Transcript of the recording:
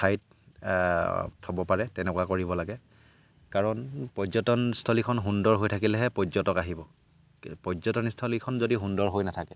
ঠাইত থ'ব পাৰে তেনেকুৱা কৰিব লাগে কাৰণ পৰ্যটনস্থলীখন সুন্দৰ হৈ থাকিলেহে পৰ্যটক আহিব পৰ্যটনস্থলীখন যদি সুন্দৰ হৈ নাথাকে